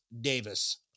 Davis